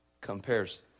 compares